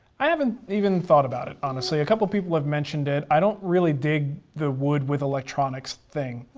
i haven't even thought about it, honestly. a couple of people have mentioned it. i don't really dig the wood with electronics thing,